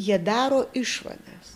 jie daro išvadas